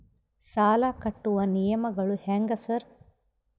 ಸಾಲ ಕಟ್ಟುವ ನಿಯಮಗಳು ಹ್ಯಾಂಗ್ ಸಾರ್?